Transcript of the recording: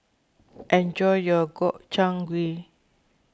enjoy your Gobchang Gui